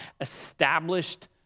established